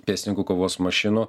pėstininkų kovos mašinų